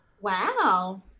Wow